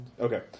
okay